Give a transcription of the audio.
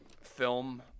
film